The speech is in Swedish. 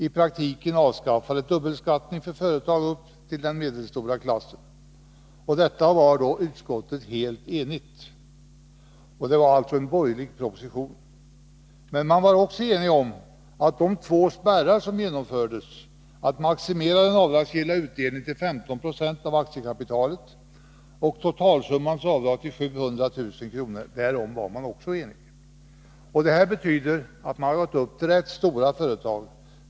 I praktiken avskaffades dubbelbeskattningen för företag upp till den medelstora klassen. Om detta var utskottet helt enigt. Det var alltså en borgerlig proposition. Utskottet var också enigt om de två spärrar som genomfördes, nämligen att maximera den avdragsgilla utdelningen till 15 90 av aktiekapitalet och avdragets totalsumma till 700 000 kr. Det betyder att det är fråga om rätt stora företag.